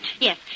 Yes